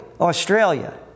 Australia